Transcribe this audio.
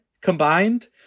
combined